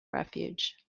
refuge